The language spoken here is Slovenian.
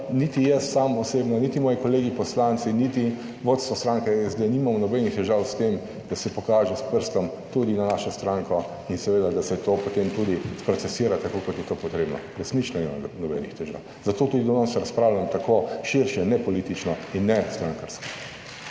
niti jaz sam osebno, niti moji kolegi poslanci, niti vodstvo stranke SD nimamo nobenih težav s tem, da se pokaže s prstom tudi na našo stranko in seveda, da se to, potem tudi procesira tako kot je to potrebno. Resnično nimam nobenih težav. Zato tudi danes razpravljam tako širše, ne politično in ne strankarsko.